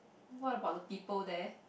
what about the people there